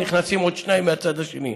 נכנסים עוד שניים מהצד השני.